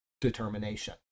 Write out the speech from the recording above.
determination